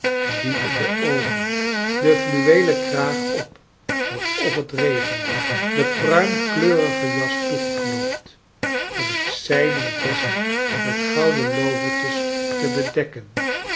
diep in de oogen den fluweelen kraag op alsof het regende de pruimkleurige jas toegeknoopt om het zij den vest met gouden lovertjes te bedekken